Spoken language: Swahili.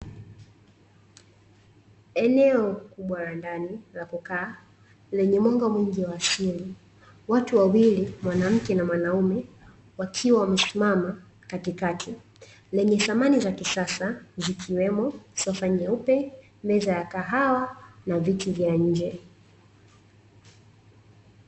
Eneo kubwa la ndani la kukaa lenye mwanga mwingi wa asili, watu wawili, mwanamke na mwanaume, wakiwa wamesimama katikati; lenye samani za kisasa zikiwemo sofa nyeupe, meza ya kahawa, na viti vya nje.